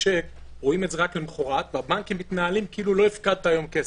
יראו את זה רק למחרת והבנקים מתנהלים כאילו לא הפקדת היום כסף.